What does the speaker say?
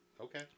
Okay